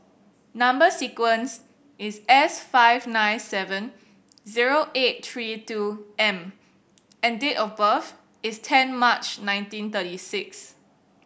number sequence is S five nine seven zero eight three two M and date of birth is ten March nineteen thirty six